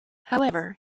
however